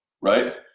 right